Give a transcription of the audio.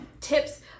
tips